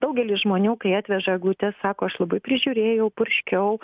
daugelis žmonių kai atveža eglutes sako aš labai prižiūrėjau purškiau